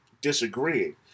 disagreeing